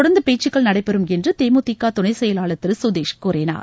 தொடர்ந்து பேச்சுக்கள் நடைபெறும் என்று தேமுதிக துணைச் செயலாளர் திரு சுதீஷ் கூறினார்